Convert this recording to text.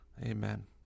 Amen